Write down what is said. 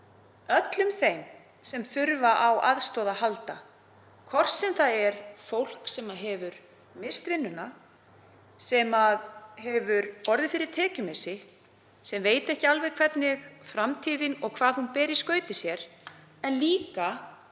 öllum þeim sem þurfa á aðstoð að halda, hvort sem það er fólk sem hefur misst vinnuna, sem hefur orðið fyrir tekjumissi, sem veit ekki alveg hvað framtíðin ber í skauti sér, en líka fólk